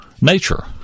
nature